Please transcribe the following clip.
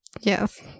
Yes